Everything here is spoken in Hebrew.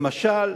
למשל,